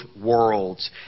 worlds